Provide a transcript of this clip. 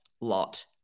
lot